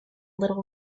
little